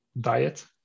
diet